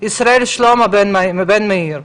ישראל שלמה בן מאיר,